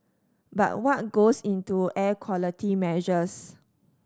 but what goes into air quality measures